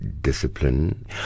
discipline